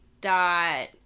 dot